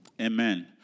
Amen